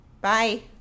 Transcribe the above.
Bye